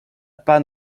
pas